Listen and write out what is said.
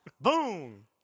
Boom